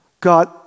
God